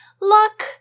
Look